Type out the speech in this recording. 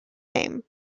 name